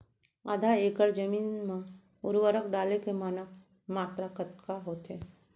आधा एकड़ जमीन मा उर्वरक डाले के मानक मात्रा कतका होथे?